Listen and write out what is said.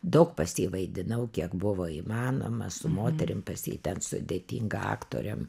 daug pas jį vaidinau kiek buvo įmanoma su moterim pas jį ten sudėtinga aktorėm